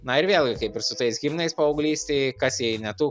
na ir vėlgi kaip ir su tais himnais paauglystėj kas jei ne tu